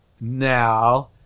now